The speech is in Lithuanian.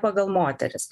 pagal moteris